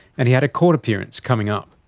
and he had a court appearance coming up.